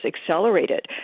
accelerated